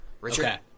Richard